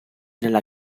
nella